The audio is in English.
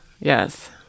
Yes